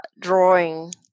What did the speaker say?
drawing